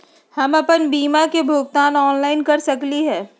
हम अपन बीमा के भुगतान ऑनलाइन कर सकली ह?